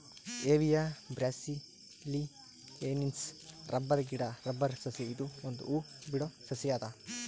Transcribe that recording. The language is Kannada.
ಹೆವಿಯಾ ಬ್ರಾಸಿಲಿಯೆನ್ಸಿಸ್ ರಬ್ಬರ್ ಗಿಡಾ ರಬ್ಬರ್ ಸಸಿ ಇದು ಒಂದ್ ಹೂ ಬಿಡೋ ಸಸಿ ಅದ